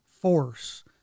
force